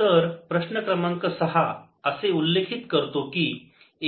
तर प्रश्न क्रमांक सहा असे उल्लेखित करतो की